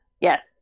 yes